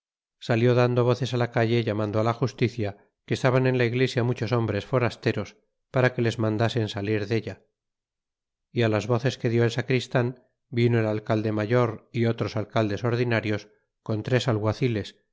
salió dando voces la calle llamando a la justicia que estaban en la iglesia muchos hombres forasteros para que les mandasen salir della y las voces que di el sacristan vino el alcalde mayor otros alcaldes ordinarios con tres